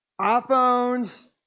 iPhones